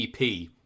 EP